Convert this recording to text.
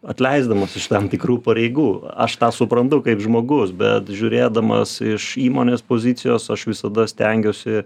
atleisdamas iš tam tikrų pareigų aš tą suprantu kaip žmogus bet žiūrėdamas iš įmonės pozicijos aš visada stengiuosi